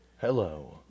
Hello